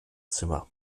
zimmer